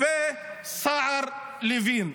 מתווה סער-לוין.